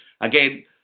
Again